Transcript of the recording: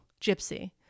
Gypsy